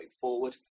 forward